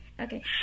Okay